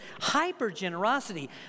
hyper-generosity